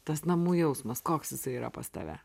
tas namų jausmas koks jisai yra pas tave